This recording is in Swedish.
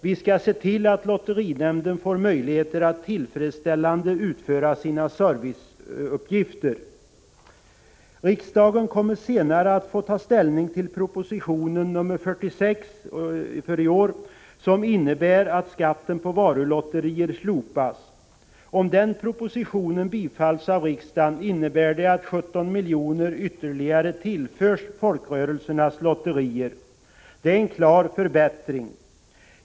Vi skall se till att lotterinämnden får möjligheter att tillfredsställande utföra sina serviceuppgifter.” Riksdagen kommer senare att få ta ställning till proposition 1985/86:46 som innebär att skatten på varulotterier slopas. Om den propositionen bifalls av riksdagen innebär det att ytterligare 17 milj.kr. tillförs folkrörelsernas lotterier. Det är en klar förbättring.